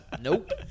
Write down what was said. nope